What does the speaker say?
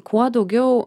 kuo daugiau